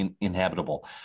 inhabitable